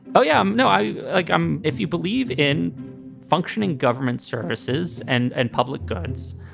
oh, yeah, um no, i like um if you believe in functioning government services and and public goods.